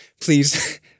please